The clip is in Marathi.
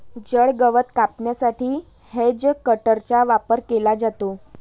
जड गवत कापण्यासाठी हेजकटरचा वापर केला जातो